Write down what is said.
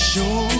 Show